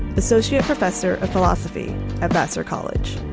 associate professor of philosophy at vassar college.